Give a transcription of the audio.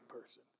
person